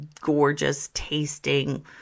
gorgeous-tasting